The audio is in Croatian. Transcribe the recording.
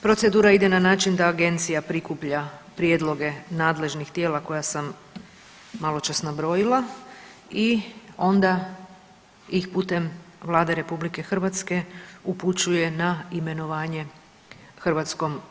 Procedura ide na način da agencija prikuplja prijedloge nadležnih tijela koja sam maločas nabrojila i onda ih putem Vlade RH upućuje na imenovanje HS.